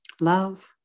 Love